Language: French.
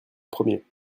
premier